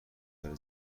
برتر